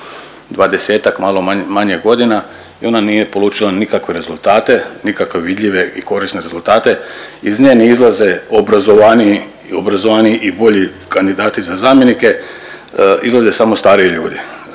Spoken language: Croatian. nekih 20-ak malo manje godina i ona nije polučila nikakve rezultate, nikakve vidljive i korisne rezultate. Iz nje ne izlaze obrazovaniji, obrazovaniji i bolji kandidati za zamjenike, izlaze samo stariji ljudi.